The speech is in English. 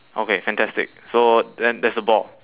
okay fantastic so then that's the ball